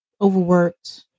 overworked